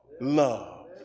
love